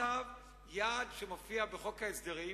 יעד שמופיע בחוק ההסדרים,